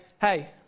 hey